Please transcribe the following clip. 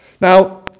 Now